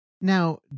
Now